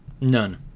none